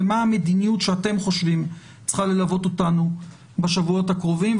ומה המדיניות שאתם חושבים שצריכה ללוות אותנו בשבועות הקרובים.